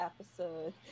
episode